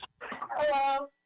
Hello